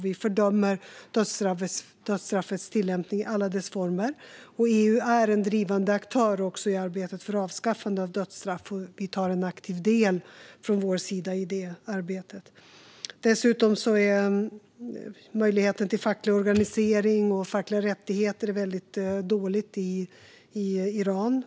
Vi fördömer dödsstraffets tillämpning i alla dess former. EU är en drivande aktör i arbetet för avskaffande av dödsstraff, och vi tar från vår sida en aktiv del i det arbetet. Dessutom är möjligheten till facklig organisering och fackliga rättigheter väldigt dålig i Iran.